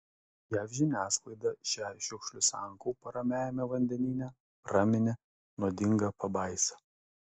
jav žiniasklaida šią šiukšlių sankaupą ramiajame vandenyne praminė nuodinga pabaisa